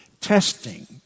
testing